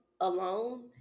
alone